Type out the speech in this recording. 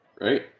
Right